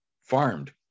farmed